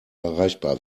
erreichbar